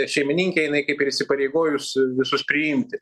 šeimininkė jinai kaip ir įsipareigojus visus priimti